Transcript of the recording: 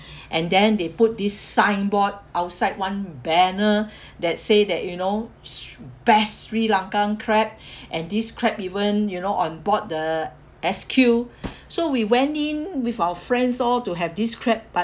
and then they put this signboard outside one banner that say that you know s~ best sri lankan crab and this crab even you know on board the S_Q so we went in with our friends all to have this crab but